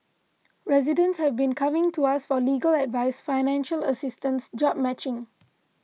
residents have been coming to us for legal advice financial assistance job matching